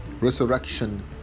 Resurrection